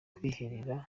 kwiherera